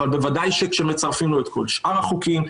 אבל בוודאי שכשמצרפים לו את כל שאר החוקים,